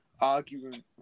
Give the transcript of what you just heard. argument